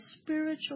spiritual